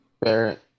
Barrett